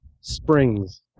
springs